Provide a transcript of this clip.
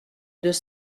deux